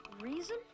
reason